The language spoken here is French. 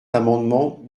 l’amendement